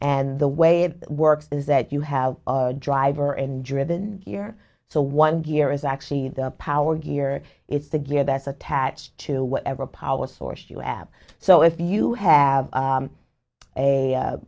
and the way it works is that you have driver and driven gear so one gear is actually the power gear it's the gear that's attached to whatever power source you have so if you have